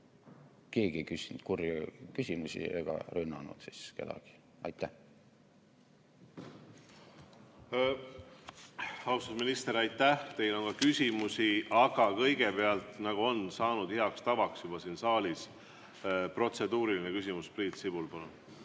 kurje küsimusi ega rünnanud kedagi. Aitäh! Austatud minister, aitäh! Teile on ka küsimusi, aga kõigepealt, nagu on saanud juba heaks tavaks siin saalis, protseduuriline küsimus. Priit Sibul, palun!